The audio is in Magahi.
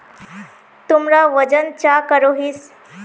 तुमरा वजन चाँ करोहिस?